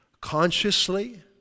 consciously